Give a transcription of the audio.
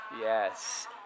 Yes